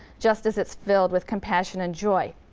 just as it's filled with compassion and joy.